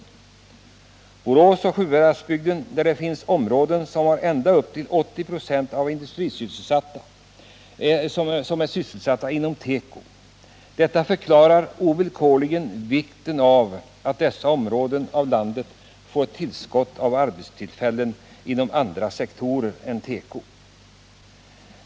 I Borås och Sjuhäradsbygden är upp till 80 96 sysselsatta inom tekoindustrin. Detta visar ovedersägligen vikten av att dessa områden får ett tillskott av arbetstillfällen inom andra sektorer än tekoindustrin.